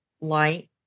light